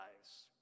lives